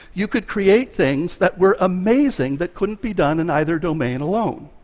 you could create things that were amazing that couldn't be done in either domain alone.